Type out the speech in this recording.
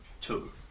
Two